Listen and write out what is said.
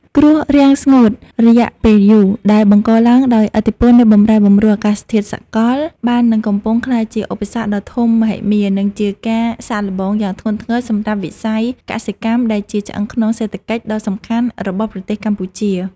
គ្រោះរាំងស្ងួតរយៈពេលយូរ ដែលបង្កឡើងដោយឥទ្ធិពលនៃបម្រែបម្រួលអាកាសធាតុសកល បាននិងកំពុងក្លាយជាឧបសគ្គដ៏ធំមហិមា និងជាការសាកល្បងយ៉ាងធ្ងន់ធ្ងរសម្រាប់វិស័យកសិកម្ម ដែលជាឆ្អឹងខ្នងសេដ្ឋកិច្ចដ៏សំខាន់របស់ប្រទេសកម្ពុជា។